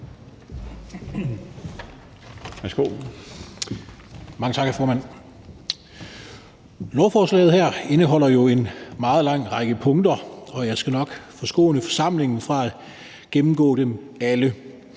(LA): Mange tak, hr. formand. Lovforslaget her indeholder jo en meget lang række punkter, og jeg skal nok forskåne forsamlingen for at få gennemgået dem alle.